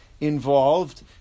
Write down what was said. involved